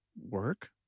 work